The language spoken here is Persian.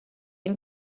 این